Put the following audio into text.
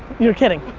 you're kidding.